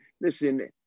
Listen